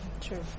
True